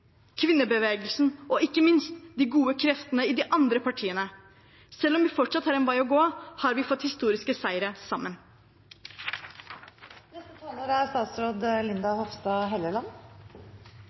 kvinnebevegelsen og ikke minst de gode kreftene i de andre partiene. Selv om vi fortsatt har en vei å gå, har vi fått historiske seiere sammen. Omfanget av seksuell trakassering er